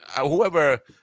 whoever